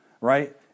Right